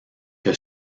que